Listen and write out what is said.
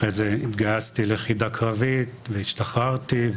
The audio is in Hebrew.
אחרי זה התגייסתי ליחידה קרבית והשתחררתי,